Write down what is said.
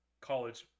college